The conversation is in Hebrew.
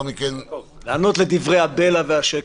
לענות לדברי הבלע והשקר.